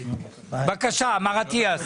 בבקשה, מר אטיאס.